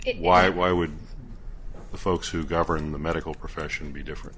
it why would the folks who govern the medical profession be different